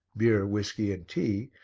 beer, whisky and tea,